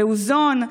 באוזון.